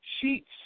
sheets